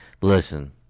listen